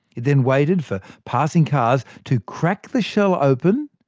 it then waited for passing cars to crack the shell open,